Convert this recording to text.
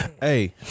Hey